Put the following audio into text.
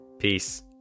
Peace